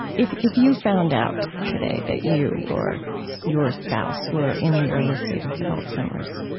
if if you found out today that you or your spouse were in the early stages of alzheimer's,